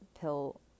pill